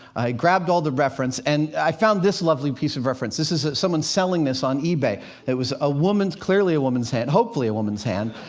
i grabbed all the reference, and i found this lovely piece of reference. this is someone selling this on ebay it was ah clearly a woman's hand, hopefully a woman's hand.